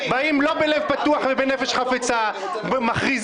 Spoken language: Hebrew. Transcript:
באים לא בלב פתוח ובנפש חפצה ומכריזים